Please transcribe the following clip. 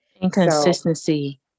inconsistency